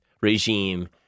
regime